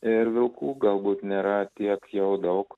ir vilkų galbūt nėra tiek jau daug